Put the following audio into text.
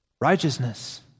Righteousness